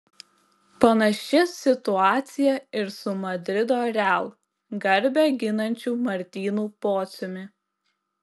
panaši situacija ir su madrido real garbę ginančiu martynu pociumi